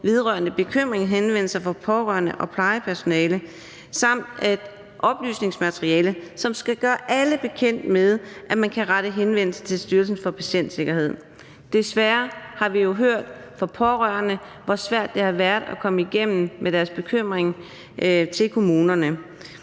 vedrørende bekymringshenvendelser fra pårørende og plejepersonale, samt et oplysningsmateriale, som skal gøre alle bekendt med, at man kan rette henvendelse til Styrelsen for Patientsikkerhed. Desværre har vi jo hørt fra pårørende, hvor svært det har været at komme igennem til kommunerne